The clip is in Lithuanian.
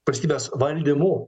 valstybės valdymu